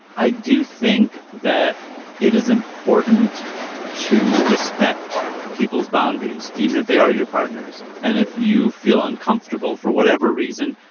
i do think that it is important to respect people's boundaries, even if they are your partners and if you feel uncomfortable for whatever reason,